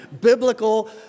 biblical